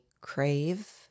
crave